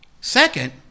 Second